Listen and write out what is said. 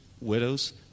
widows